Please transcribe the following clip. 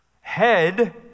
head